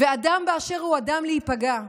ואדם באשר הוא אדם, עלולים להיפגע,